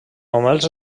només